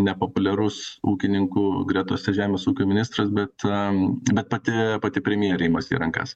nepopuliarus ūkininkų gretose žemės ūkio ministras bet am bet pati pati premjerė imasi į rankas